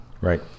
right